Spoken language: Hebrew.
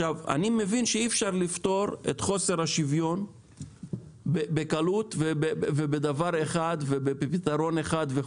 אני מבין שאי אפשר לפתור את חוסר השוויון בקלות ובדבר אחד ובפתרון אחד.